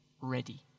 ready